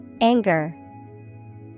Anger